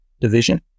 division